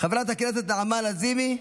חברת הכנסת נעמה לזימי,